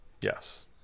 Yes